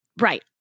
right